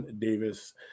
Davis